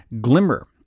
glimmer